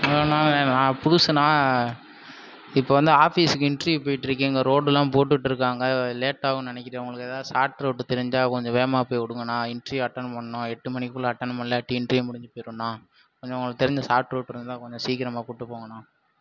நான் புதுசுண்ணா இப்போது வந்து ஆஃபிஸுக்கு இன்ட்ரிவியூ போய்ட்ருக்கேன் இங்கே ரோடுலாம் போட்டுகிட்ருக்காங்க லேட் ஆகும்னு நெனைக்கிறேன் உங்களுக்கு எதாவது ஷாட் ரூட் தெரிஞ்சால் கொஞ்சம் வேகமாக போய் விடுங்கண்ணா இன்ட்ரிவியூ அட்டன் பண்ணணும் எட்டு மணிக்குள்ளே அட்டன் பண்ணலாட்டி இன்ட்ரிவியூ முடிஞ்சு போயிடுண்ணா கொஞ்சம் உங்களுக்கு தெரிஞ்ச ஷாட் ரூட் இருந்தால் கொஞ்சம் சீக்கிரமாக கூப்பிட்டு போங்கண்ணா